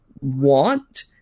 want